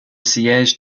siège